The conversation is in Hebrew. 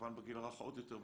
- כמובן בגיל הרך עוד יותר,